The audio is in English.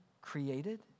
created